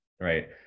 right